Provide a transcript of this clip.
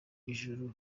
ijuru